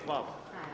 Hvala.